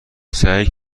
سعی